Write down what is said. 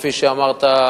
כפי שאמרת,